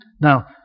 Now